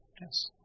Yes